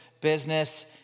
business